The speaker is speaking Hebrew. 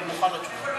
אני מוכן לדבר.